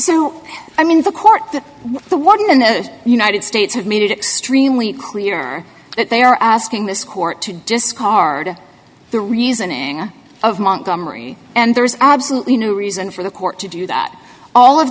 so i mean the court that the one in the united states have made it extremely clear that they are asking this court to discard the reasoning of montgomery and there's absolutely no reason for the court to do that all of